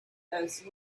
those